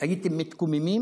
הייתם מתקוממים.